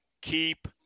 Keep